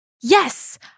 Yes